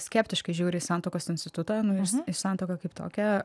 skeptiškai žiūri į santuokos institutą nu santuoką kaip tokią